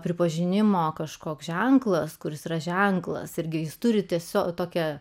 pripažinimo kažkoks ženklas kuris yra ženklas irgi jis turi tiesiog tokia